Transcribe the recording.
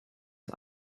ist